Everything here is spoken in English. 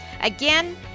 again